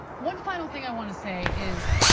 one final thing i want to say is,